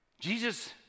Jesus